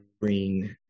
bring